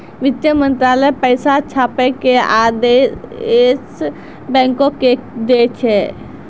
वित्त मंत्रालय पैसा छापै के आदेश बैंको के दै छै